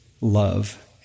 love